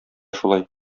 шулай